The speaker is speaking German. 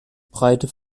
breite